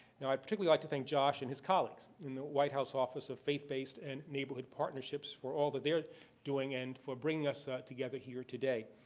now, i particularly would like to thank josh and his colleagues in the white house office of faith based and neighborhood partnerships for all that they're doing and for bringing us together here today.